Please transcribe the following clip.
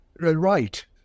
right